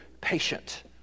patient